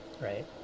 right